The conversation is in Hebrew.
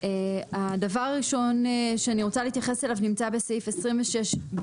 דבר ראשון שאני רוצה להתייחס אליו נמצא בסעיף 26ב(3)(ב)